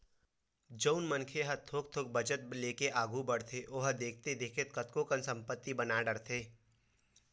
जउन मनखे ह थोक थोक बचत लेके आघू बड़थे ओहा देखथे देखत कतको कन संपत्ति बना डरथे